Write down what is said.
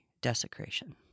desecration